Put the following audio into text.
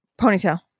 Ponytail